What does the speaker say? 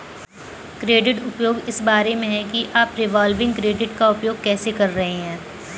credit उपयोग इस बारे में है कि आप रिवॉल्विंग क्रेडिट का उपयोग कैसे कर रहे हैं